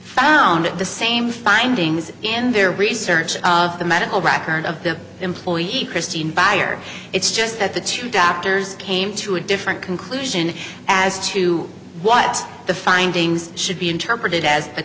found the same findings in their research of the medical records of the employee christine buyer it's just that the two doctors came to a different conclusion as to what the findings should be interpreted as the